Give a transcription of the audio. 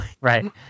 right